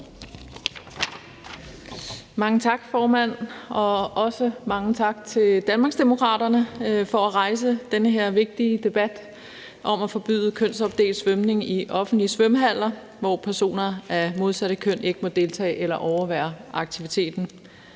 Mange tak, formand, og også mange tak til Danmarksdemokraterne for at rejse den her vigtige debat om at forbyde kønsopdelt svømning i offentlige svømmehaller, hvor personer af det modsatte køn ikke må deltage i eller overvære aktiviteten.